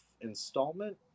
installment